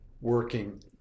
working